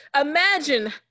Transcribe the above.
Imagine